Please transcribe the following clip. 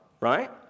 right